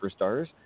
superstars